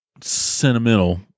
sentimental